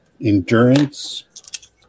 endurance